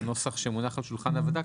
בנוסח שמונח על שולחן הוועדה,